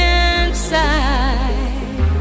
inside